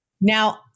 Now